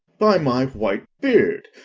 by my white beard,